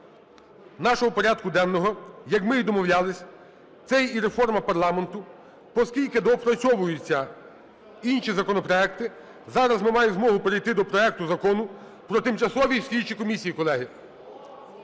нашого порядку денного, як ми і домовлялись. Це і реформа парламенту. Оскільки доопрацьовуються інші законопроекти, зараз ми маємо змогу перейти до проекту Закону про тимчасові слідчі комісії, колеги.